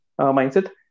mindset